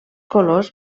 colors